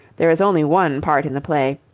there is only one part in the play.